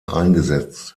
eingesetzt